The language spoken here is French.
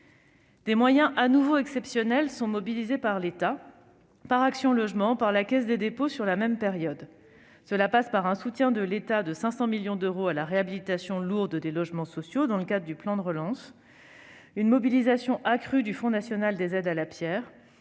Des moyens exceptionnels seront mobilisés par l'État, par Action Logement, par la Caisse des dépôts et consignations sur la même période. Cela passe par un soutien de l'État de 500 millions d'euros à la réhabilitation lourde des logements sociaux dans le cadre du plan de relance, une mobilisation accrue du Fonds national des aides à la pierre,